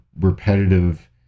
repetitive